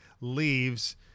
leaves